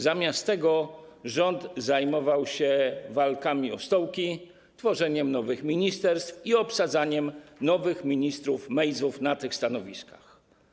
Zamiast tego rząd zajmował się walkami o stołki, tworzeniem nowych ministerstw i obsadzaniem nowych ministrów Mejzów na tych stanowiskach.